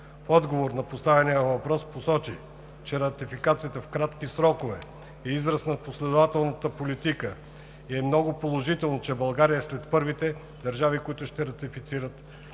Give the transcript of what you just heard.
В отговор на поставения въпрос посочи, че Ратификацията в кратки срокове е израз на последователна политика и е много положително, че България е сред първите държави, които ще ратифицират